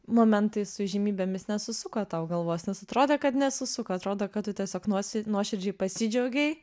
momentai su įžymybėmis nesusuko tau galvos nes atrodo kad nesusuko atrodo kad tu tiesiog nuos nuoširdžiai pasidžiaugei